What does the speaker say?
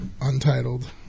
untitled